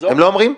הם לא אומרים?